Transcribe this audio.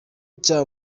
cya